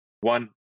one